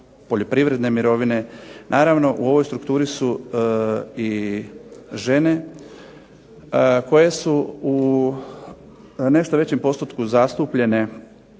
poljoprivredne mirovine. Naravno, u ovoj strukturi su i žene koje su u nešto većem postotku zastupljene